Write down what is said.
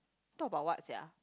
talk about what sia